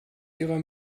ihrer